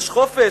יש חופש,